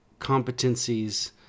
competencies